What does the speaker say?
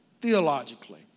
theologically